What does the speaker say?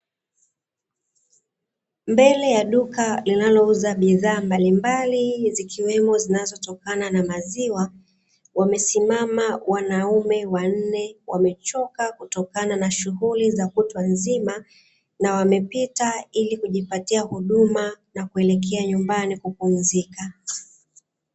Mbele ya duka linalouza bidhaa mbalimbali, zikiwemo zinazotokana na maziwa, wamesimama wanaume wanne waliokuwa wamechoka kutokana na shughuli za kutwa nzima. Wamepita ili kujipatia huduma na kuelekea nyumbani kupumzika.